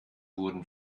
wurden